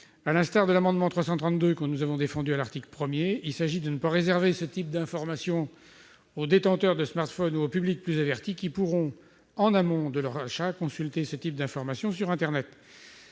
À l'instar de l'amendement n° 332 rectifié que nous avons défendu précédemment, il s'agit de ne pas réserver ce type d'information aux détenteurs de smartphones ou aux publics plus avertis qui pourront, en amont de leur achat, consulter ce type d'information sur internet.